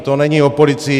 To není o policii.